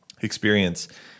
experience